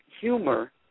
humor